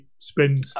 spins